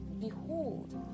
behold